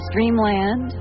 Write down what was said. Dreamland